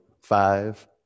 five